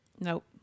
Nope